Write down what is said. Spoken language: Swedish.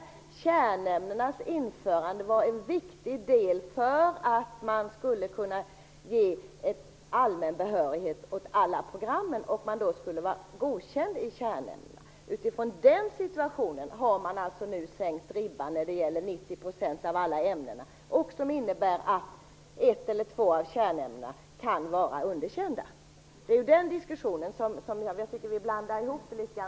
Kärnämnenas införande var en viktig del för att man skulle kunna ge en allmän behörighet åt alla program i det nya treåriga gymnasiet. För att få allmän behörighet skulle man vara godkänd i kärnämnena. Utifrån den situationen har man nu alltså sänkt ribban, nu gäller det 90 % av alla ämnen. Det innebär att ett eller två av kärnämnena kan vara underkända. Det är det diskussionen handlar om. Jag tycker att vi blandar ihop det här litet.